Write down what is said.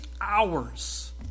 hours